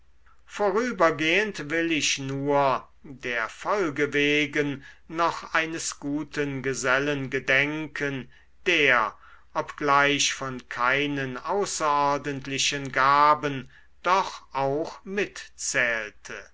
vorübergehend will ich nur der folge wegen noch eines guten gesellen gedenken der obgleich von keinen außerordentlichen gaben doch auch mitzählte